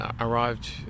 arrived